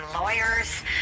lawyers